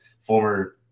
former